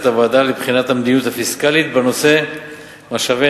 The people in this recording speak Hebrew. את הוועדה לבחינת המדיניות הפיסקלית בנושא משאבי